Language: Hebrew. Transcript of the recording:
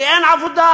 כי אין עבודה.